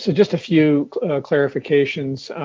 so just a few clarifications,